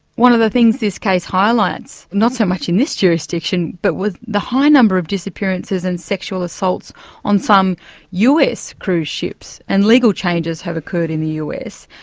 one of the things this case highlights, not so much in this jurisdiction but with the high number of disappearances and sexual assaults on some us cruise ships and legal changes have occurred in the us.